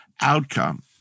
outcome